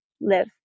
live